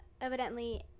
evidently